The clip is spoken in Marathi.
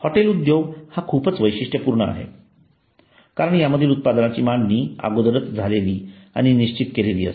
हॉटेल उद्योग हा खूपच वैशिष्ट्यपूर्ण आहे कारण यामधील उत्पादनाची मांडणी अगोदरच झालेली आणि निश्चित केलेली असते